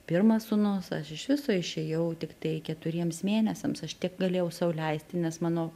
pirmas sūnus aš iš viso išėjau tiktai keturiems mėnesiams aš tiek galėjau sau leisti nes mano